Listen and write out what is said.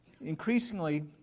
increasingly